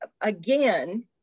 again